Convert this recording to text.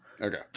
Okay